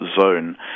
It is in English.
zone